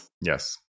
yes